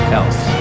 else